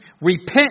Repent